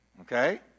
Okay